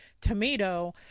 tomato